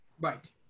Right